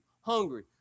hungry